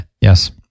Yes